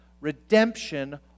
redemption